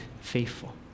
faithful